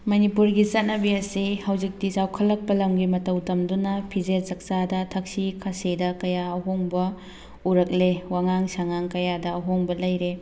ꯃꯅꯤꯄꯨꯔꯒꯤ ꯆꯠꯅꯕꯤ ꯑꯁꯤ ꯍꯧꯖꯤꯛꯇꯤ ꯆꯥꯎꯈꯠꯂꯛꯄ ꯂꯝꯒꯤ ꯃꯇꯧ ꯇꯝꯗꯨꯅ ꯐꯤꯖꯦꯠ ꯆꯛꯆꯥꯗ ꯊꯛꯁꯤ ꯈꯥꯁꯤꯗ ꯀꯌꯥ ꯑꯍꯣꯡꯕ ꯎꯔꯛꯂꯦ ꯋꯥꯉꯥꯡ ꯁꯉꯥꯡ ꯀꯌꯥꯗ ꯑꯍꯣꯡꯕ ꯂꯩꯔꯦ